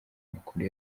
amakuru